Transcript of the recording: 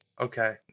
Okay